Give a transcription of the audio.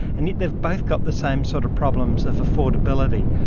and yet they've both got the same sort of problems of affordability.